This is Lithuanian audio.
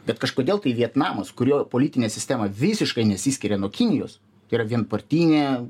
bet kažkodėl tai vietnamas kurio politinė sistema visiškai nesiskiria nuo kinijos tai yra vienpartinė